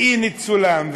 אי-ניצולם,